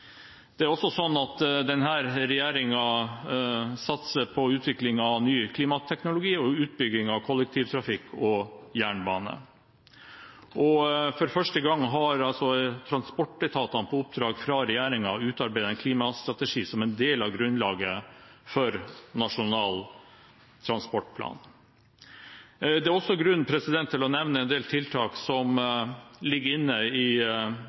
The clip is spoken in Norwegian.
Det er også slik at denne regjeringen satser på utvikling av ny klimateknologi og utbygging av kollektivtrafikk og jernbane. Og for første gang har transportetatene på oppdrag fra regjeringen utarbeidet en klimastrategi som en del av grunnlaget for Nasjonal transportplan. Det er også grunn til å nevne en del tiltak som ligger inne i